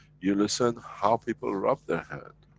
you listen how people rub their hand,